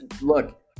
Look